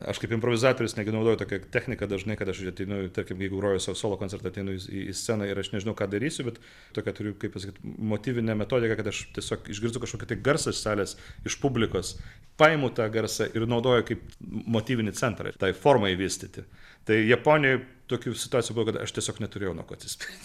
aš kaip improvizatorius netgi naudoju tokią techniką dažnai kad aš ateinu tarkim jeigu groju solo koncertą ateinu į į sceną ir aš nežinau ką darysiu bet tokią turiu kaip motyvinę metodiką kad aš tiesiog išgirstu kažkokį tai garsą iš salės iš publikos paimu tą garsą ir naudoju kaip motyvinį centrą ir tai formai vystyti tai japonijoj tokių situacijų buvo kad aš tiesiog neturėjau nuo ko atsispirti